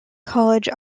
college